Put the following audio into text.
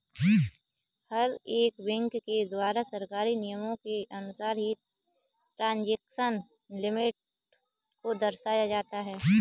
हर एक बैंक के द्वारा सरकारी नियमों के अनुसार ही ट्रांजेक्शन लिमिट को दर्शाया जाता है